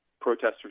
protesters